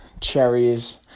cherries